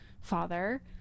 father